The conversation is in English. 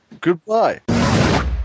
Goodbye